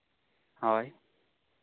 ᱦᱳᱭ